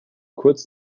kurz